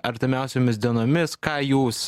artimiausiomis dienomis ką jūs